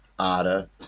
Ada